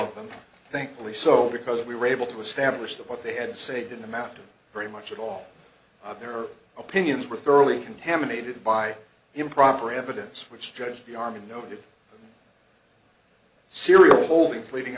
of them thankfully so because we were able to establish that what they had say in the matter very much at all their opinions were thoroughly contaminated by improper evidence which judged the army no good serial holdings leading